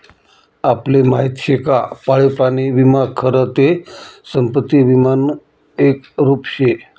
आपले माहिती शे का पाळीव प्राणी विमा खरं ते संपत्ती विमानं एक रुप शे